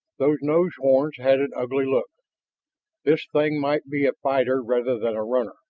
those nose horns had an ugly look this thing might be a fighter rather than a runner.